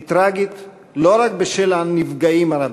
היא טרגית לא רק בשל הנפגעים הרבים,